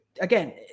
again